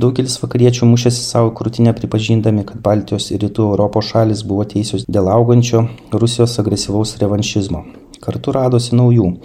daugelis vakariečių mušėsi sau į krūtinę pripažindami kad baltijos ir rytų europos šalys buvo teisios dėl augančio rusijos agresyvaus revanšizmo kartu radosi naujų